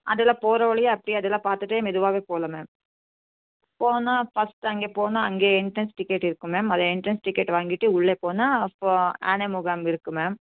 அதில் போகிற வழியே அப்படியே அதெல்லாம் பார்த்துட்டே மெதுவாகவே போகலாம் மேம் போனால் ஃபஸ்ட் அங்கே போனால் அங்கே என்ட்ரன்ஸ் டிக்கெட் இருக்குது மேம் அது என்ட்ரன்ஸ் டிக்கெட் வாங்கிட்டு உள்ளே போனால் அப்போ யானை முகாம் இருக்கும் மேம்